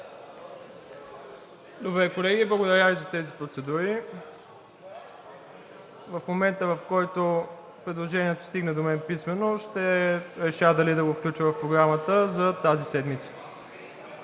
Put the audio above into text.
Добре, колеги. Благодаря Ви за тези процедури. В момента, в който предложение стигне до мен писмено, ще реша дали да го включа в Програмата за тази седмица.